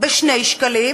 ב-2 שקלים,